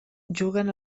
juguen